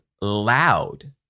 loud